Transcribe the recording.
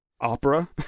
Opera